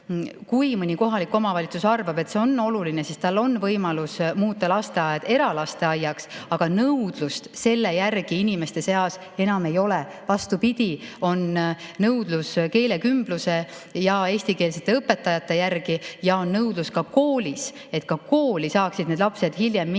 50%.Kui mõni kohalik omavalitsus arvab, et see on oluline, siis tal on võimalus muuta lasteaed eralasteaiaks, aga nõudlust selle järele inimeste seas enam ei ole. Vastupidi, on nõudlus keelekümbluse ja eestikeelsete õpetajate järele, ja on nõudlus ka koolis, et need lapsed saaksid hiljem minna